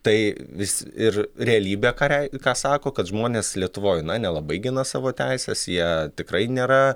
tai vis ir realybė ką rei ką sako kad žmonės lietuvoj na nelabai gina savo teises jie tikrai nėra